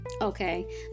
Okay